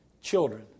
children